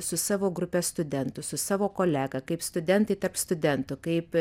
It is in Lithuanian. su savo grupe studentų su savo kolega kaip studentai tarp studentų kaip